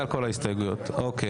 רביזיה על כל ההסתייגויות, אוקיי.